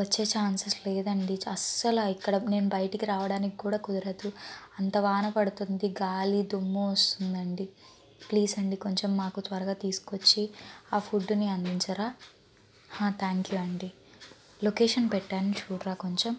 వచ్చే ఛాన్సస్ లేదండి అస్సలు ఇక్కడ నేను బయటకు రావడానికి కూడా కుదరదు అంత వాన పడుతుంది గాలి దుమ్ము వస్తుందండి ప్లీస్ అండి కొంచెం మాకు త్వరగా తీసుకొచ్చి ఆ ఫుడ్ని అందించరా థ్యాంక్ యూ అండి లొకేషన్ పెట్టాను చూడరా కొంచెం